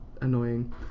annoying